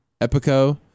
Epico